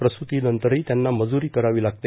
प्रस्तीनंतरही त्यांना मजूरी करावी लागते